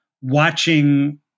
watching